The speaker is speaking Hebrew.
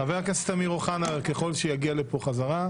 חבר הכנסת אמיר אוחנה ככל שיגיע לפה חזרה.